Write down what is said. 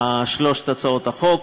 בשלוש הצעות החוק.